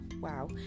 Wow